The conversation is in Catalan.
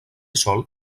sol